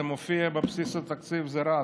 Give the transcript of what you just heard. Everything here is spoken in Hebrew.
זה מופיע בבסיס התקציב, זה רץ,